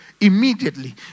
Immediately